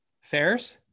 Fairs